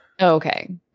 Okay